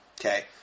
Okay